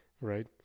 right